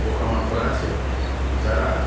পোকামাকড় আছে যারা